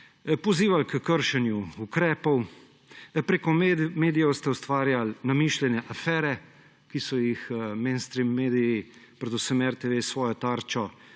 pozivali h kršenju ukrepov, preko medijev ste ustvarjali namišljene afere, ki so jih mainstream mediji, predvsem RTV s svojo Tarčo,